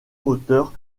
moteur